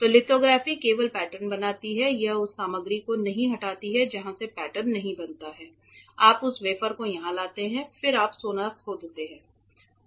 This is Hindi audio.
तो लिथोग्राफी केवल पैटर्न बनाती है यह उस सामग्री को नहीं हटाती है जहां से पैटर्न नहीं बनता है आप उस वेफर को यहां लाते हैं फिर आप सोना खोदते हैं